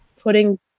putting